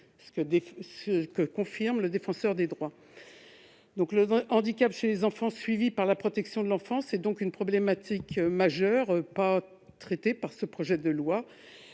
ce que confirme le Défenseur des droits. Le handicap chez les enfants suivis par la protection de l'enfance est donc une problématique majeure, qui n'est pas traitée par ce projet de loi.